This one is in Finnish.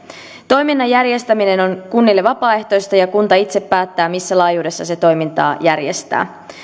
toiminnan järjestäminen on kunnille vapaaehtoista ja kunta itse päättää missä laajuudessa se toimintaa järjestää